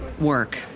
work